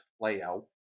layout